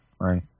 Right